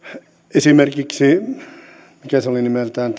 esimerkiksi mikä se oli nimeltään tämä